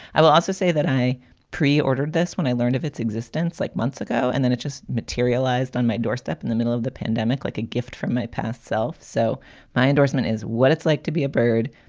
i will also say that i preordered. that's when i learned of its existence like months ago. and then it just materialized on my doorstep in the middle of the pandemic like a gift from my past self. so my endorsement is what it's like to be a bird.